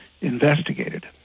investigated